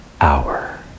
hour